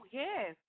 yes